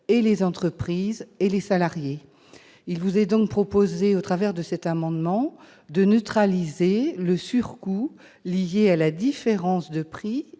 et les entreprises et les salariés. Il vous est donc proposé, mes chers collègues, de neutraliser le surcoût lié à la différence de prix